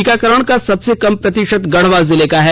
टीकाकरण का सबसे कम प्रतिशत गढ़वा जिले का है